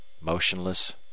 motionless